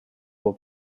его